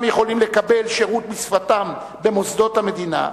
יכולים לקבל שירות בשפתם במוסדות המדינה,